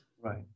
Right